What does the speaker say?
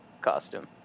costume